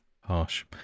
Harsh